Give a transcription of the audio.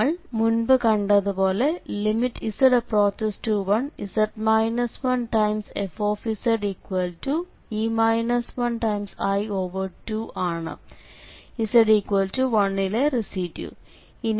നമ്മൾ മുൻപ് കണ്ടതുപോലെ z→1z 1fze 1i2 ആണ് z1 ലെ റെസിഡ്യൂ